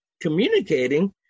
communicating